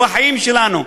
שהוא החיים שלנו.